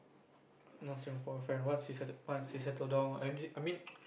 not Singapore friend once he settle once he settle down lah I mean